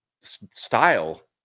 style